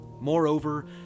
Moreover